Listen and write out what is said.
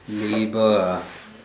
labour ah